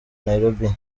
nairobi